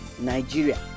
Nigeria